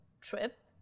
trip